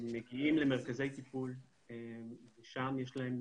מגיעים למרכזי טיפול, שם יש להם